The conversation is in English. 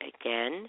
again